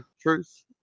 Truth